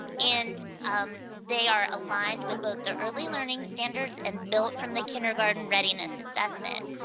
and um they are aligned with both the early learning standards and built from the kindergarten readiness assessment.